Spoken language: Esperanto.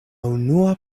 unua